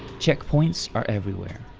checkpoints are everywhere.